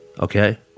Okay